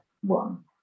one